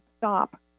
stop